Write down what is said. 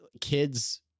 kids